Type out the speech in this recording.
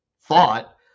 thought